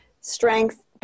strength